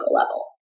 level